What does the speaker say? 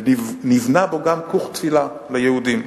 ונבנה בו גם כוך תפילה ליהודים.